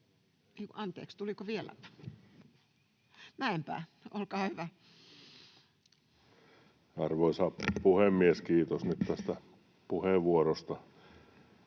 Arvoisa puhemies! Kiitos nyt tästä puheenvuorosta.